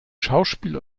schauspiel